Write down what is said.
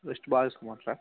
rest బాగా తీసుకోమంటారా